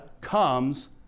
comes